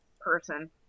person